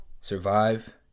Survive